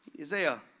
Isaiah